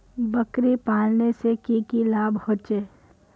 बकरी पालने से की की लाभ होचे?